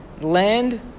Land